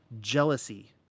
jealousy